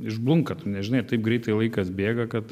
išblunka tu nežinai taip greitai laikas bėga kad